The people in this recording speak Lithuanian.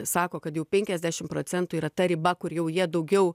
sako kad jau penkiasdešim procentų yra ta riba kur jau jie daugiau